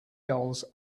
gulls